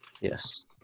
Yes